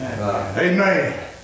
Amen